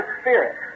spirit